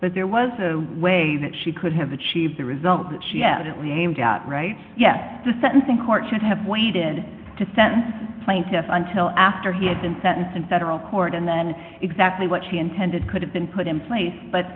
but there was a way that she could have achieved the result that she evidently aimed at right yes the sentencing court should have waited to sent plaintiff until after he had been sentenced in federal court and then exactly what she intended could have been put in place but